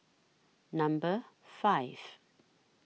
Number five